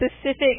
specific